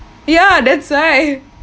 ya that's why